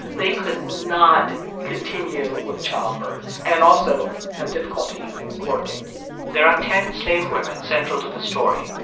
they could not continue with childbirth and also have difficulty working there are ten slave women central to the story.